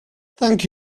thank